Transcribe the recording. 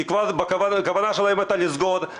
כי כבר הכוונה שלהם הייתה לסגור את המפעל.